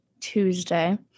Tuesday